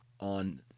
on